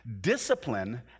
Discipline